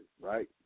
right